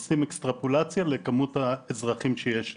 משווים ועושים אקסטרפולציה לכמות האזרחים שיש לנו.